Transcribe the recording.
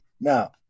now